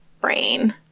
brain